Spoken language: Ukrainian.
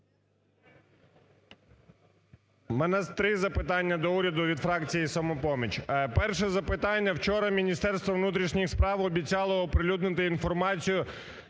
В мене три запитання до уряді від фракції "Самопоміч". Перше запитання. Вчора Міністерство внутрішніх справ обіцяло оприлюднити інформацію,